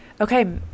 okay